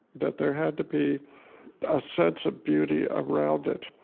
that there had to be a sense of beauty around it.